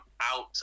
out